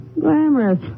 Glamorous